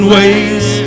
ways